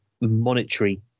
monetary